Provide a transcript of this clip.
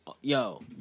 yo